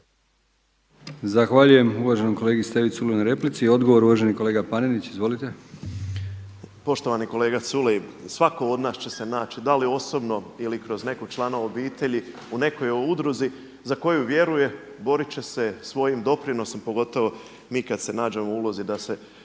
Zahvaljujem uvaženom kolegi Stevi Culeju na replici. Odgovor uvaženi kolega Panenić. Izvolite. **Panenić, Tomislav (MOST)** Poštovani kolega Culej. Svako od nas će se naći, da li osobno ili kroz nekog člana obitelji u nekoj udruzi za koju vjeruje borit će se svojim doprinosom pogotovo mi kada se nađemo u ulozi da